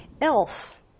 Else